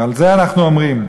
ועל זה אנחנו אומרים: